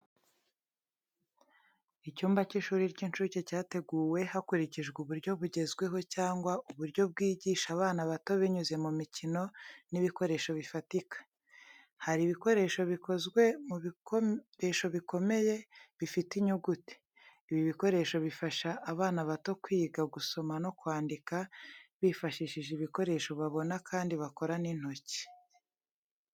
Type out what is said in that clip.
Icyumba cy'ishuri ry'incuke cyateguwe hakurikijwe uburyo bugezweho cyangwa uburyo bwigisha abana bato binyuze mu mikino n'ibikoresho bifatika. Hari ibikoresho bikozwe mu bikoresho bikomeye bifite inyuguti. Ibi bikoresho bifasha abana bato kwiga gusoma no kwandika bifashishije ibikoresho babona kandi bakora n'intoki.